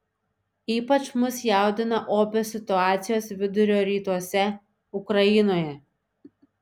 ypač mus jaudina opios situacijos vidurio rytuose ukrainoje